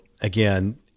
again